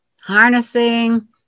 harnessing